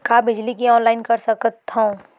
का बिजली के ऑनलाइन कर सकत हव?